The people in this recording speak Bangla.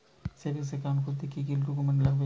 সেভিংস একাউন্ট খুলতে কি কি ডকুমেন্টস লাগবে?